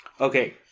Okay